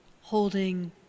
holding